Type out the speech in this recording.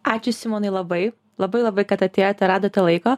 ačiū simonai labai labai labai kad atėjot ir radote laiko